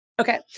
Okay